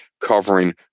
covering